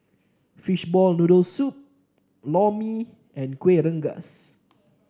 Fishball Noodle Soup Lor Mee and Kuih Rengas